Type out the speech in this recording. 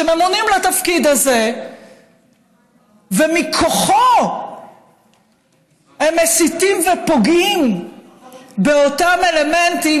שממונים לתפקיד הזה ומכוחו הם מסיתים ופוגעים באותם אלמנטים